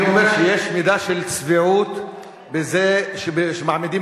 אני אומר שיש מידה של צביעות בזה שמעמידים